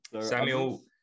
samuel